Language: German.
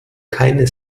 keine